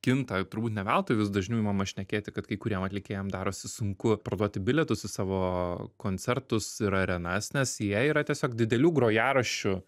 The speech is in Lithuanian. kinta turbūt ne veltui vis dažniau imama šnekėti kad kai kuriem atlikėjam darosi sunku parduoti bilietus į savo koncertus ir arenas nes jie yra tiesiog didelių grojaraščių